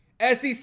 SEC